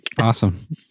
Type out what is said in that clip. Awesome